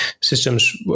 systems